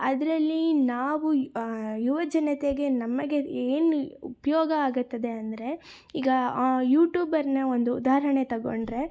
ಅದರಲ್ಲಿ ನಾವು ಯುವ ಜನತೆಗೆ ನಮಗೆ ಏನು ಉಪಯೋಗ ಆಗುತ್ತದೆ ಅಂದರೆ ಈಗ ಯೂಟ್ಯೂಬರನ್ನೇ ಒಂದು ಉದಾಹರಣೆ ತಗೊಂಡರೆ